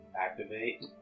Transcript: activate